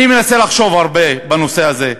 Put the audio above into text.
אני מנסה לחשוב הרבה בנושא הזה.